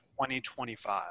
2025